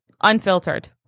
Unfiltered